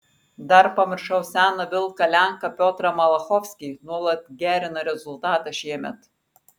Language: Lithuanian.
dar pamiršau seną vilką lenką piotrą malachovskį nuolat gerina rezultatą šiemet